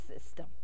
system